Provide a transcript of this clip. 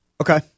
Okay